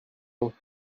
long